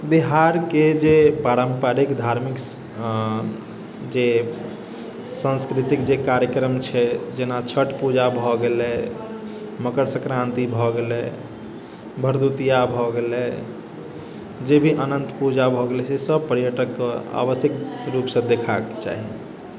बिहारके जे पारम्परिक धार्मिक जे सांस्कृतिक जे कार्यक्रम छै जेना छठ पूजा भए गेलै मकर सङ्क्रान्ति भए गेलै भरदुतिआ भए गेलै जे भी अनन्त पूजा भए गेलै जे सब पर्यटकके आवश्यक रूपसँ देखऽके चाही